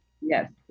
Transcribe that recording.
yes